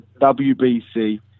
WBC